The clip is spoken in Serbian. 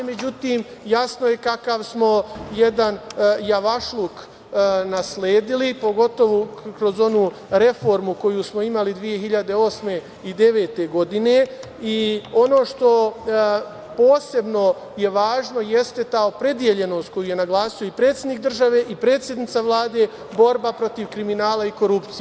Međutim, jasno je kakav smo jedan javašluk nasledili, pogotovo kroz onu reformu koju smo imali 2008. i 2009. godine i ono što je posebno važno jeste ta opredeljenost koju je naglasio i predsednik države i predsednica Vlade, borba protiv kriminala i korupcije.